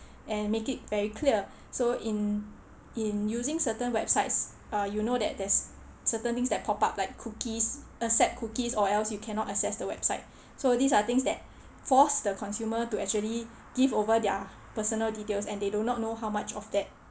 and make it very clear so in in using certain websites uh you know that there is certain things that pop out like cookies accept cookies or else you cannot access the website so these are things that force the consumer to actually give over their personal details and they do not know how much of that